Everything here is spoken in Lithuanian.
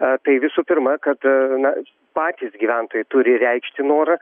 a tai visų pirma kad na patys gyventojai turi reikšti norą